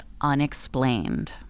unexplained